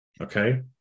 okay